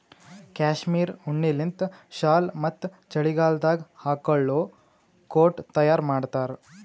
cashmere ಉಣ್ಣಿಲಿಂತ್ ಶಾಲ್ ಮತ್ತ್ ಚಳಿಗಾಲದಾಗ್ ಹಾಕೊಳ್ಳ ಕೋಟ್ ತಯಾರ್ ಮಾಡ್ತಾರ್